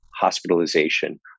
hospitalization